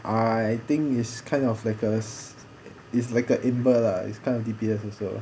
I think is kind of like a is like a is amber lah it's kind of D_P_S also